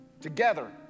together